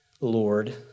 Lord